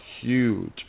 huge